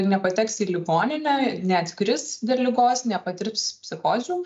nepateks į ligoninę neatkris dėl ligos nepatirps psichozių